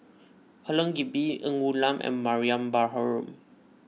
Helen Gilbey Ng Woon Lam and Mariam Baharom